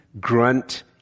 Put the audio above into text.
grunt